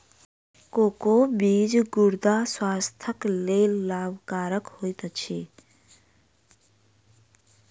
cocoa बीज गुर्दा स्वास्थ्यक लेल लाभकरक होइत अछि